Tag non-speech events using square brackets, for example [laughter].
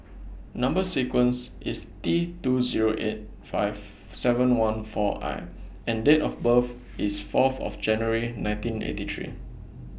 [noise] Number sequence IS T two Zero eight five seven one four I and Date of birth IS Fourth of January nineteen eighty three [noise]